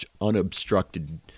unobstructed